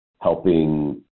helping